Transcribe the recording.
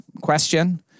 question